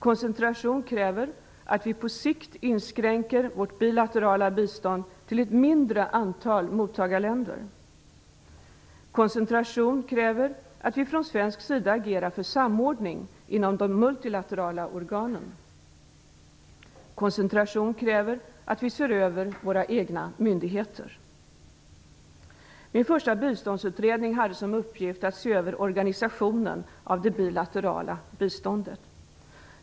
Koncentration kräver att vi på sikt inskränker vårt bilaterala bistånd till ett mindre antal mottagarländer. Koncentration kräver att vi från svensk sida agerar för samordning inom de multilaterala organen. Koncentration kräver att vi ser över våra egna myndigheter. Min första biståndsutredning hade som uppgift att se över organisationen av det bilaterala biståndet.